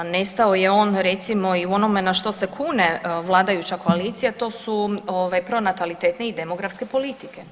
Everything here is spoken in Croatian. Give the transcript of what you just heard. Nestao je on recimo i u onome na što se kune vladajuća koalicija, a to su pronatalitetne i demografske politike.